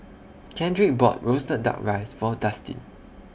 Kendrick bought Roasted Duck Rice For Dustin